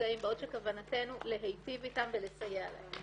הנפגעים בעוד שכוונתנו להיטיב איתם ולסייע להם.